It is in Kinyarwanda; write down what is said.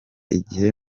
igihe